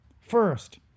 first